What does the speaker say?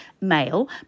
male